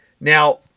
Now